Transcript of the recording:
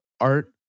art